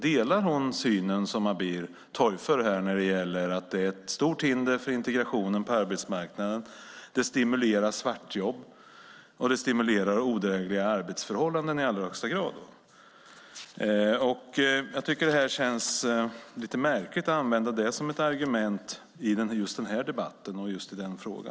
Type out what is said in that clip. Delar hon synen som Abir torgför, nämligen att den är ett stort hinder för integrationen på arbetsmarknaden och i allra högsta grad stimulerar svartjobb och odrägliga arbetsförhållanden? Det känns märkligt att använda detta som ett argument i just denna debatt och fråga.